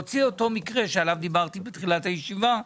להוציא אותו מקרה עליו דיברתי בתחילת הישיבה,.